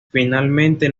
finalmente